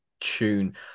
Tune